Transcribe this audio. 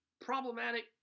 problematic